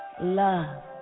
love